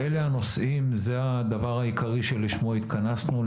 אלה הנושאים, זה הדבר העיקרי שלשמו התכנסנו.